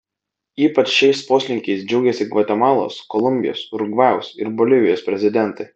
ypač šiais poslinkiais džiaugiasi gvatemalos kolumbijos urugvajaus ir bolivijos prezidentai